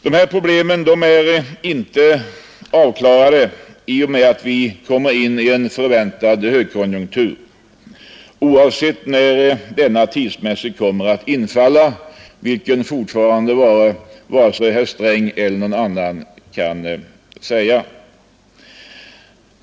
Dessa problem är inte avklarade i och med att vi kommer in i en förväntad högkonjunktur, oavsett när denna tidsmässigt kommer att infalla vilket fortfarande varken herr Sträng eller någon annan kan säga.